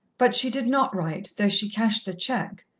but she did not write, though she cashed the cheque.